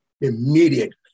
immediately